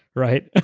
right?